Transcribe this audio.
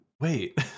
wait